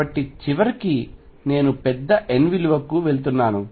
కాబట్టి చివరికి నేను పెద్ద n విలువకు వెళ్తున్నాను